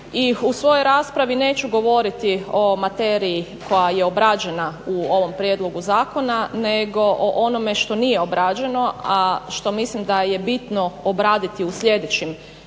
i u svojoj raspravi neću govoriti o materiji koja je obrađena u ovom prijedlogu zakona nego o onome što nije obrađeno, a što mislim da je bitno obraditi u sljedećim